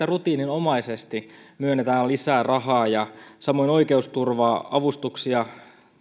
rutiininomaisesti myönnetään lisää rahaa samoin oikeusturva avustuksia